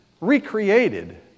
recreated